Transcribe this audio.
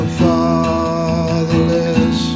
fatherless